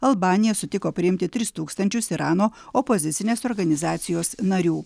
albanija sutiko priimti tris tūkstančius irano opozicinės organizacijos narių